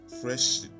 fresh